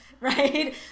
Right